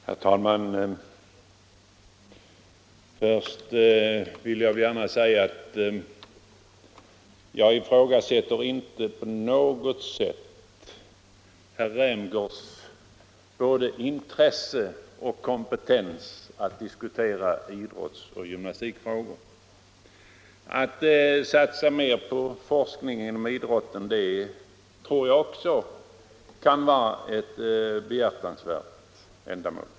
Herr talman! Först vill jag gärna säga att jag inte på något sätt ifrågasätter herr Rämgårds intresse och kompetens när det gäller att diskutera idrottsoch gymnastikfrågor. Att satsa mer på forskning inom idrotten tror jag också kan vara ett behjärtansvärt ändamål.